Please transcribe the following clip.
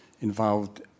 involved